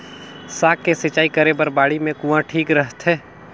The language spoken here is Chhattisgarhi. साग के सिंचाई करे बर बाड़ी मे कुआँ ठीक रहथे?